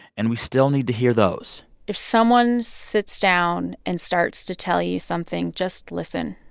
and we still need to hear those if someone sits down and starts to tell you something, just listen.